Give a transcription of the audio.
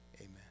amen